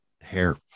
hair